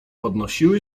podnosiły